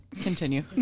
Continue